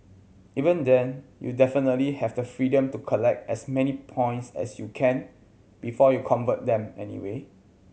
even then you definitely have the freedom to collect as many points as you can before you convert them anyway